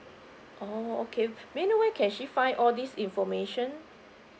oh okay may I know where can she find all these information